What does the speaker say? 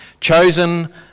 Chosen